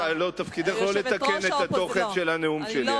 תפקידך לא לתקן את התוכן של הנאום שלי,